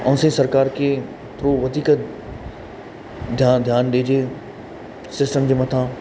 ऐं असांजी सरकार खे थोरो वधीक ध्यानु ध्यानु ॾिजे सिस्टम जे मथां